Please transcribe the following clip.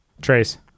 Trace